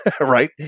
right